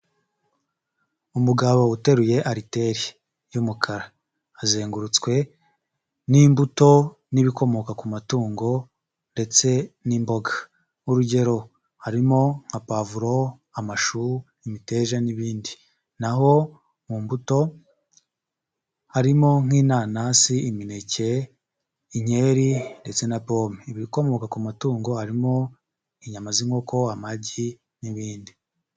Umugabo uteruye ariteri y'umukara, azengurutswe n'imbuto n'ibikomoka ku matungo ndetse n'imboga. Urugero harimo nka pavuro, amashu, imiteja n'ibindi. Naho mu mbuto harimo nk'inanasi, imineke, inkeri ndetse na pome. Ibikomoka ku matungo harimo inyama z'inkoko, amagi n'ibindi.